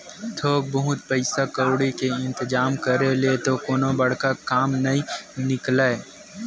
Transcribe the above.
थोक बहुत पइसा कउड़ी के इंतिजाम करे ले तो कोनो बड़का काम ह नइ निकलय